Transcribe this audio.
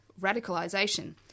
Radicalisation